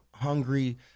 Hungry